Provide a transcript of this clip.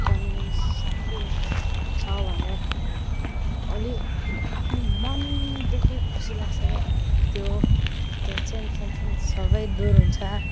त्याँदेखिन् साथीहरूसँग छ भने अलिक आफ्नो मनदेखि खुसी लाग्छ क्या त त्यो टेन्सनसेन्सन सबै दुर हुन्छ